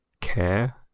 care